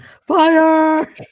Fire